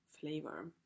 flavor